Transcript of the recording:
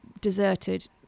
deserted